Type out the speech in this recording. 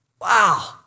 Wow